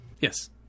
Yes